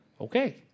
Okay